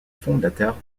fondateurs